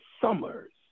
summers